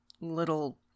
little